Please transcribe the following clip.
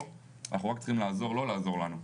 ואנחנו רק צריכים לעזור לו לעזור לנו.